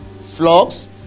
flocks